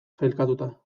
sailkatuta